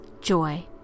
Joy